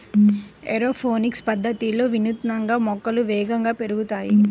aeroponics పద్ధతిలో వినూత్నంగా మొక్కలు వేగంగా పెరుగుతాయి